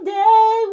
day